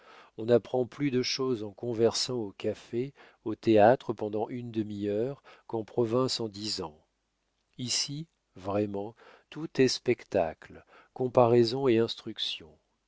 on apprend plus de choses en conversant au café au théâtre pendant une demi-heure qu'en province en dix ans ici vraiment tout est spectacle comparaison et instruction